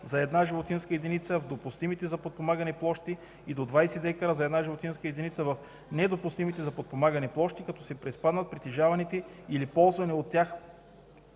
за една животинска единица в допустимите за подпомагане площи и до 20 дка за една животинска единица в недопустимите за подпомагане площи, като се приспаднат притежаваните или използвани от тях